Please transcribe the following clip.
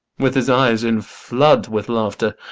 with his eyes in flood with laughter.